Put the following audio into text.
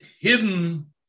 hidden